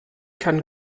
kann